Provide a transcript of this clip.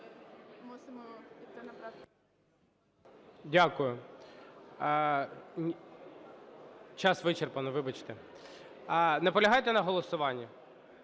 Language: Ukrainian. Дякую. Час вичерпано. Вибачте. Наполягаєте на голосуванні?